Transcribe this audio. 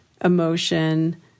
emotion